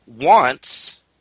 wants